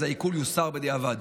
אז העיקול יוסר בדיעבד.